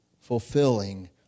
fulfilling